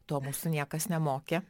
to mūsų niekas nemokė